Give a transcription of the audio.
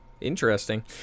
interesting